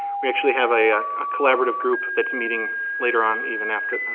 we actually have a ah collaborative group that's meeting later on even after,